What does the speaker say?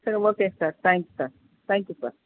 சரி okay sir thanks sir thank you sir